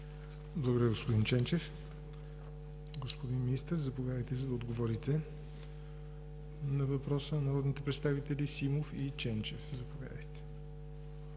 Благодаря, господин Ченчев. Господин Министър, заповядайте, за да отговорите на въпроса на народните представители Симов и Ченчев. МИНИСТЪР